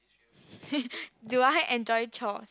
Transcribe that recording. do I enjoy chores